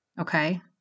Okay